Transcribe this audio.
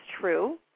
true